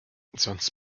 sonst